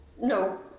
No